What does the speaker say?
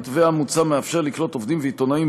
המתווה המוצע מאפשר לקלוט עובדים ועיתונאים